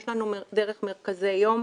יש לנו דרך מרכזי יום,